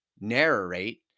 narrate